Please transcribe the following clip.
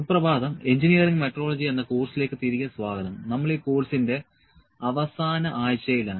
സുപ്രഭാതം engineering metrology എന്ന കോഴ്സിലേക്ക് തിരികെ സ്വാഗതം നമ്മൾ ഈ കോഴ്സിന്റെ അവസാന ആഴ്ചയിലാണ്